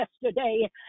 yesterday